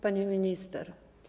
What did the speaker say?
Pani Minister!